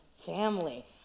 family